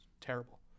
terrible